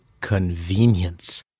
convenience